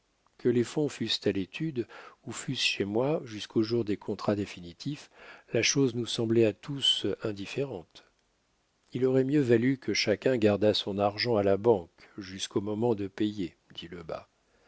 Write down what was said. que les fonds fussent à l'étude ou fussent chez moi jusqu'au jour des contrats définitifs la chose nous semblait à tous indifférente il aurait mieux valu que chacun gardât son argent à la banque jusqu'au moment de payer dit lebas